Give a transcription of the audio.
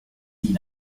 ihn